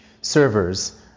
servers